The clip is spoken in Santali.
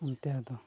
ᱚᱱᱛᱮ ᱫᱚ